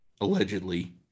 allegedly